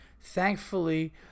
Thankfully